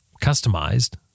customized